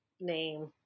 name